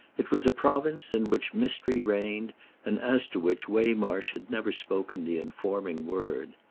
it was a province in which mystery reigned and as to which waymarsh had never spoken the informing word.